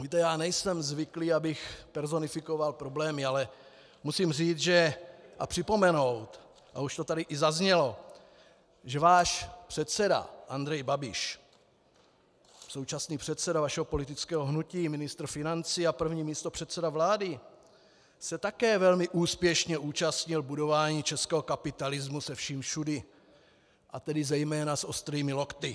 Víte, já nejsem zvyklý, abych personifikoval problémy, ale musím říct a připomenout, a už to tady i zaznělo, že váš předseda Andrej Babiš, současný předseda vašeho politického hnutí, ministr financí a první místopředseda vlády, se také velmi úspěšně účastnil budování českého kapitalismu se vším všudy, a tedy zejména s ostrými lokty.